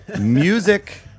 Music